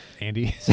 Andy